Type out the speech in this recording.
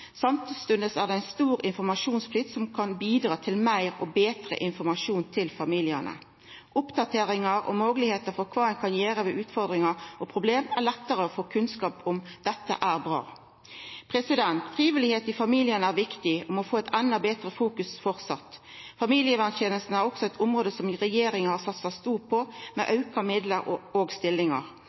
Samstundes er det ein stor informasjonsflyt som kan bidra til å betre informasjonen til familiane. Oppdateringar av og moglegheiter for kva ein kan gjera ved utfordringar og problem, er lettare å få kunnskap om. Det er bra. Frivillig arbeid er viktig for familien, og må få eit endå betre fokus framover. Familieverntenesta er også eit område som regjeringa har satsa stort på, med auka midlar og stillingar.